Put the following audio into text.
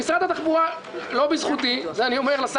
אני מתנגדת לבקשה הזאת.